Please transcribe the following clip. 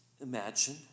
Imagine